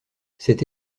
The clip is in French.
cette